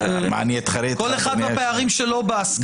כל אחד והפערים שלו בהשכלה.